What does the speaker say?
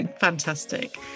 Fantastic